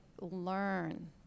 learn